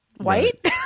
white